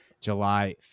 July